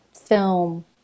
film